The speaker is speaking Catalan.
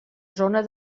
zona